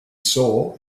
saw